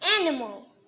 animal